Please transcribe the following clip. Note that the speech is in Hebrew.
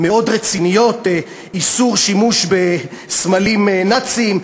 מאוד רציניות: איסור שימוש בסמלים נאציים,